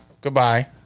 Goodbye